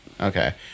Okay